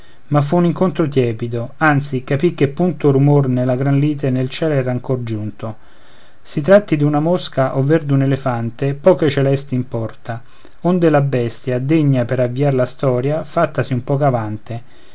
ma fu un incontro tiepido anzi capì che punto rumor della gran lite nel ciel era ancor giunto si tratti d'una mosca ovver d'un elefante poco ai celesti importa onde la bestia degna per avviar la storia fattasi un poco avante